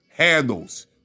handles